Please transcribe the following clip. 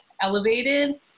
elevated